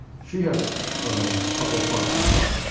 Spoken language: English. she has a couple parts inside.